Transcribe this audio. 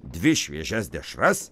dvi šviežias dešras